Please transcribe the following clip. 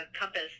compass